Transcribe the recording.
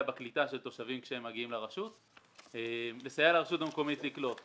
בקליטה של תושבים כשהם מגיעים לרשות ויסייע לרשות המקומית לקלוט אותם.